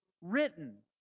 written